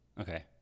okay